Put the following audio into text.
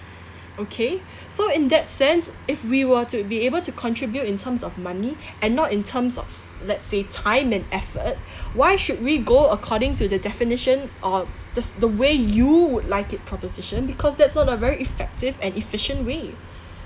okay so in that sense if we were to be able to contribute in terms of money and not in terms of let's say time and effort why should we go according to the definition or that's the way you would like it proposition because that's not a very effective and efficient way